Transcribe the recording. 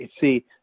see